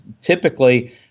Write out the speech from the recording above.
typically